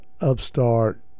upstart